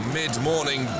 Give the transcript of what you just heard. mid-morning